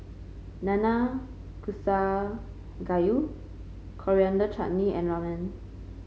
Nanakusa Gayu Coriander Chutney and Ramen